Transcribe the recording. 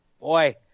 Boy